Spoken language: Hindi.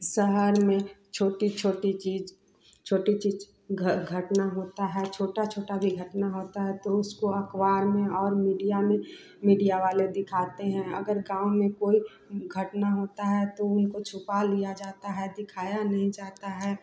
शहर में छोटी छोटी चीज़ छोटी चीज़ घट घटना होती है छोटी छोटी भी घटना होती है तो उसको अख़बार में और मीडिया में मीडिया वाले दिखाते हैं अगर गाँव में कोई घटना होती है तो उनको छुपा लिया जाता है दिखाया नहीं जाता है